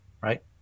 right